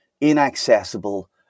inaccessible